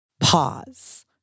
pause